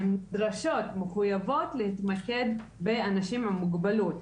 הן נדרשות ומחוייבות להתמקד באנשים עם מוגבלות.